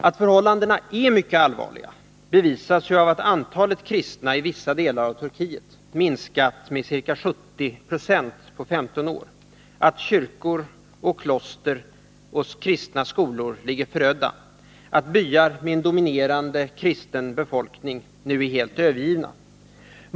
Att förhållandena är mycket allvarliga bevisas ju av att antalet kristna i vissa delar av Turkiet minskat med ca 70 90 på 15 år, att kyrkor, kloster och kristna skolor ligger förödda, att byar med en dominerande kristen befolkning nu är helt övergivna.